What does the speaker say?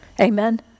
Amen